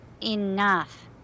Enough